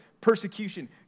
persecution